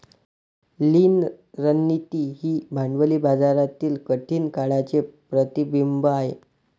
लीन रणनीती ही भांडवली बाजारातील कठीण काळाचे प्रतिबिंब आहे